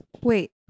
wait